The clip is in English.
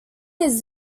his